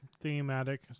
thematic